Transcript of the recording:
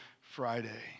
Friday